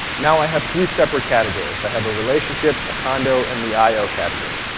now i have three separate categories. i have a relationship, a condo, and the i o category.